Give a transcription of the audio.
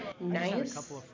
nice